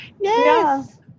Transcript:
Yes